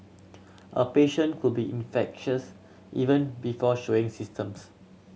a patient could be infectious even before showing symptoms